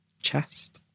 chest